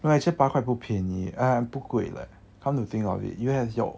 no actually 八块不便宜 eh 不贵 come to think of it you have your